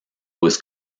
was